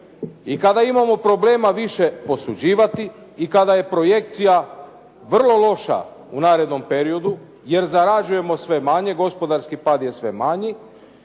i kada imamo problema više posuđivati i kada je projekcija vrlo loša u narednom periodu, jer zarađujemo sve manje, gospodarski pad je sve manji,